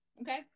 Okay